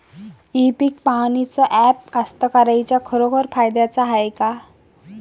इ पीक पहानीचं ॲप कास्तकाराइच्या खरोखर फायद्याचं हाये का?